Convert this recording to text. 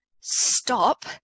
stop